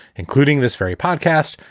including this very podcast.